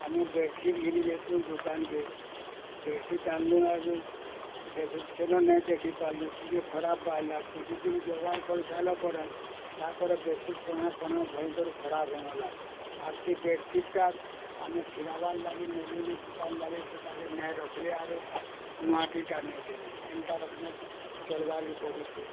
ଆମେ ବେଡ଼୍ସିଟ୍ ଘିନି କି ଯାଇଥିଲୁ ଦୋକାନ୍ କେ ବେଡ଼୍ସିଟ୍ ଆଣିଲୁ ଆରୁ ସେ ଦିନ ନେଇ ଦେଖି ପାରିଲୁ ଟିକେ ଖରାପ ବାହାରିଲା କିଛି ଦିନ୍ ବ୍ୟବହାର କରି ସାରିଲା ପରେ ତାପରେ ବେଶୀ କଣା କଣା ଭୟଙ୍କର ଖରାପ ହେଲା ଆର୍ ସେ ବେଡ଼୍ସିଟ୍ଟା ଆମେ ଫେରାବା ଲାଗି ନେଲୁ ଯେ ଦୁକାନ୍ ବାଲେ ସେଟାକେ ନାଏ ରଖିଲେ ଆରୁ ମାଟି ଟା ନା ଦେଲେ ଏନ୍ତା ରକମେ ଚଲବାର୍ କେ ପଡ଼ୁଛି